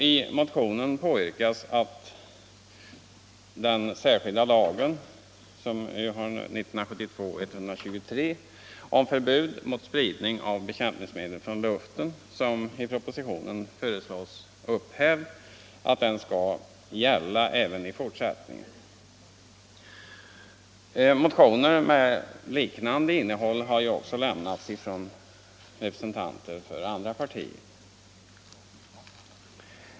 I motionen yrkas att den särskilda lagen nr 123 år 1972 om förbud mot spridning av bekämpningsmedel från luften, som i propositionen föreslås bli upphävd, skall gälla även i fortsättningen. Motioner med likartat innehåll har också väckts av representanter för andra partier.